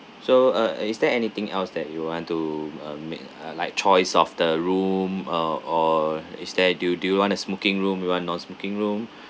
so uh is there anything else that you want to uh make ah like choice of the room or or is there do you do you want a smoking room you want non smoking room